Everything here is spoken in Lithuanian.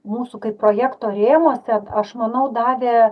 mūsų kaip projekto rėmuose aš manau davė